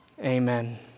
amen